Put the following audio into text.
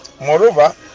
Moreover